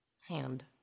hand